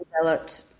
developed